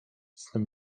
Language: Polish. snem